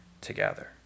together